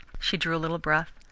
she drew a little breath.